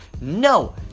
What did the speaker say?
no